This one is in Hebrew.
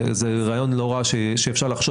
זה רעיון לא רע שאפשר לחשוב